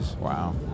wow